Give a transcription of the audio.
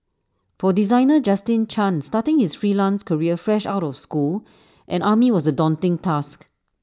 for designer Justin chan starting his freelance career fresh out of school and army was A daunting task